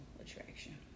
attraction